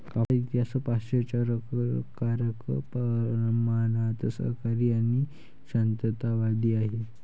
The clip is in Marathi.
कापसाचा इतिहास आश्चर्यकारक प्रमाणात सहकारी आणि शांततावादी आहे